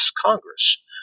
Congress